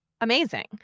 amazing